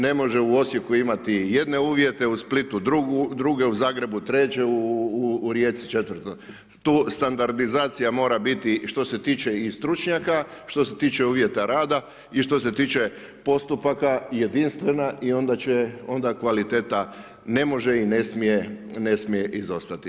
Ne može u Osijeku imati jedne uvjete, u Splitu druge, u Zagrebu treće, u Rijeci četvrto, tu standardizacija mora biti što se tiče i stručnjaka, što se tiče uvjeta rada i što se tiče postupaka jedinstvena i onda će kvaliteta ne može i ne smije izostati.